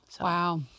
Wow